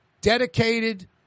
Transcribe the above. dedicated